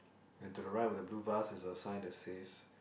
and to the right of the blue vase is a sign that says